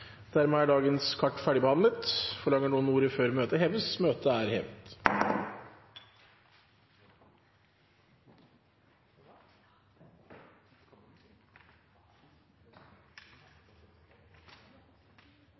Dermed er dagens kart ferdigbehandlet. Forlanger noen ordet før møtet heves? – Møtet er hevet.